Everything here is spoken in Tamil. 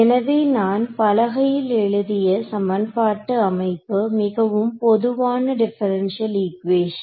எனவே நான் பலகையில் எழுதிய சமன்பாட்டு அமைப்பு மிகவும் பொதுவான டிபரன்ஷியல் ஈக்குவேசன்